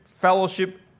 fellowship